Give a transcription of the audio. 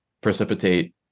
precipitate